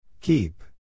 Keep